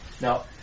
Now